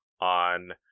on